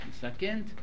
second